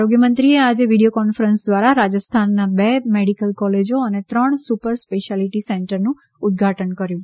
આરોગ્ય મંત્રીએ આજે વીડિયો કોન્ફરન્સ દ્વારા રાજસ્થાનમાં બે મેડિકલ કોલેજો અને ત્રણ સુપર સ્પેશિયાલિટી સેન્ટરનું ઉદઘાટન કર્યું હતું